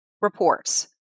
Reports